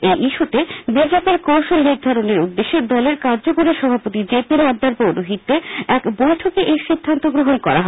এই ইস্যুতে বিজেপির কৌশল নির্ধারণের উদ্দেশে দলের কার্যকরী সভাপতি জে পি নাড্ডার পৌরোহিত্যে এক বৈঠকে এই সিদ্ধান্ত গ্রহণ করা হয়